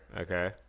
Okay